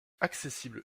accessible